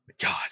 god